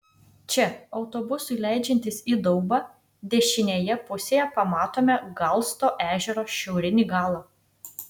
čia autobusui leidžiantis į daubą dešinėje pusėje pamatome galsto ežero šiaurinį galą